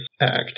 Act